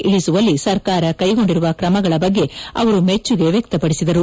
ಇಳಿಸುವಲ್ಲಿ ಸರ್ಕಾರ ಕ್ಯೆಗೊಂಡಿರುವ ಕ್ರಮಗಳ ಬಗ್ಗೆ ಅವರು ಮೆಚ್ಚುಗೆ ವ್ಯಕ್ತಪಡಿಸಿದರು